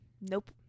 Nope